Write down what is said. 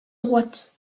droite